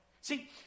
See